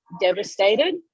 devastated